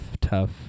tough